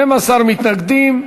12 מתנגדים.